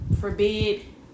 forbid